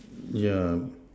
yeah